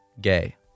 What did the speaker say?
gay